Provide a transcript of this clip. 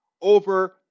over